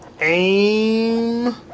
aim